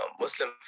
Muslim